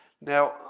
Now